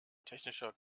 technischer